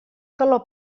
calor